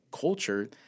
culture